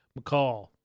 McCall